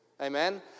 Amen